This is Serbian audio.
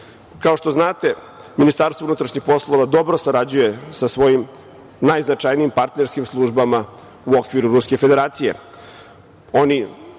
što znate, Ministarstvo unutrašnjih poslova dobro sarađuje sa svojim najznačajnijim partnerskim službama u okviru Ruske Federacije.